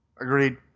Agreed